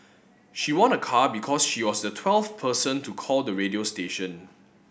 she won a car because she was the twelfth person to call the radio station